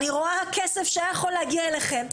אני רואה כסף שהיה יכול להגיע אליכם.